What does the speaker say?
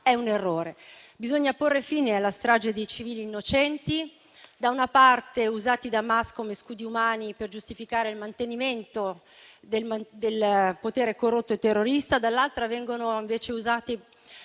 è un errore; bisogna porre fine alla strage di civili innocenti, da una parte usati da Hamas come scudi umani per giustificare il mantenimento del potere corrotto e terrorista, dall'altra invece colpiti